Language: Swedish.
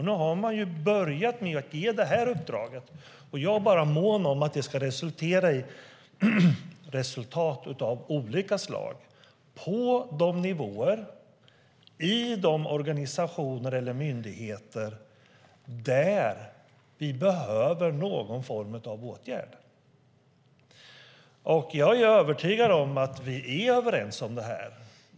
Nu har man börjat med att ge det här uppdraget, och jag är mån om att det ska ge resultat av olika slag i de organisationer eller myndigheter där vi behöver någon form av åtgärd. Jag är övertygad om att vi är överens om det här.